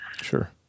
Sure